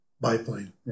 biplane